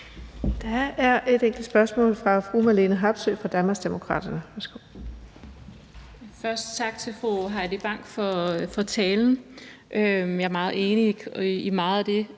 Der er et enkelt spørgsmål fra fru Marlene Harpsøe fra Danmarksdemokraterne.